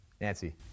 Nancy